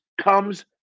comes